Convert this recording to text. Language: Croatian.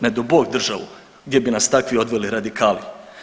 Ne d'o Bog državu, gdje bi nas takvi odveli radikali?